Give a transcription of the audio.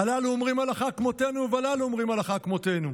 הללו אומרים הלכה כמותנו,